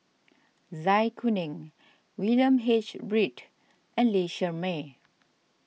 Zai Kuning William H Read and Lee Shermay